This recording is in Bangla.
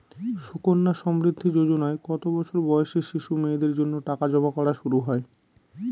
সুকন্যা সমৃদ্ধি যোজনায় কত বছর বয়সী শিশু মেয়েদের জন্য টাকা জমা করা শুরু হয়?